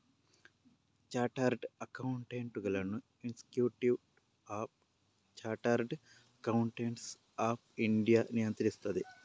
chartered ಅಕೌಂಟೆಂಟುಗಳನ್ನು Institute of Chartered Accountants of India ನಿಯಂತ್ರಿಸುತ್ತದೆ